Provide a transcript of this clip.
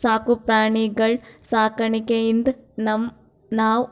ಸಾಕು ಪ್ರಾಣಿಗಳ್ ಸಾಕಾಣಿಕೆಯಿಂದ್ ನಾವ್